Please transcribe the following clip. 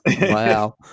wow